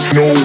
no